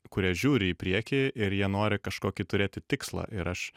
kurie žiūri į priekį ir jie nori kažkokį turėti tikslą ir aš